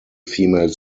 female